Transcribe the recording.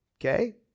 okay